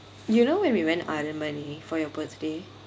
you know when we went aranmanai for your birthday